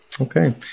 Okay